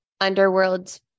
underworld